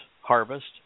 harvest